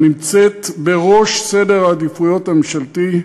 הנמצאת בראש סדר העדיפויות הממשלתי,